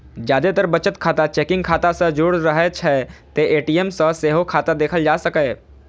जादेतर बचत खाता चेकिंग खाता सं जुड़ रहै छै, तें ए.टी.एम सं सेहो खाता देखल जा सकैए